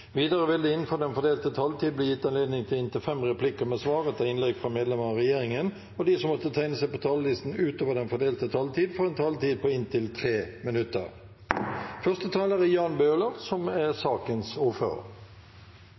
Videre vil det – innenfor den fordelte taletid – bli gitt anledning til inntil fem replikker med svar etter innlegg fra medlemmer av regjeringen, og de som måtte tegne seg på talerlisten utover den fordelte taletid, får også en taletid på inntil 3 minutter.